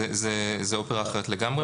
זאת אופרה אחרת לגמרי.